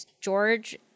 George